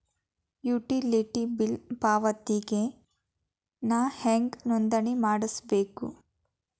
Utility bill ಪಾವತಿಗೆ ನಾ ಹೆಂಗ್ ನೋಂದಣಿ ಮಾಡ್ಸಬೇಕು?